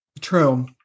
True